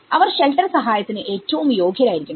അവർ shelter സഹായത്തിനു ഏറ്റവും യോഗ്യരായിരിക്കണം